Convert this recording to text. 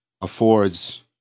affords